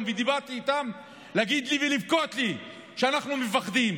ודיברתי איתם להגיד לי ולבכות לי שהם מפחדים.